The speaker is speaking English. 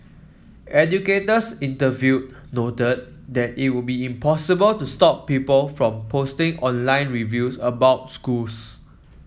educators interviewed noted that it would be impossible to stop people from posting online reviews about schools